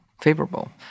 favorable